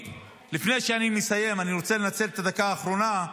לפני שאני מסיים, אני רוצה לנצל את הדקה האחרונה,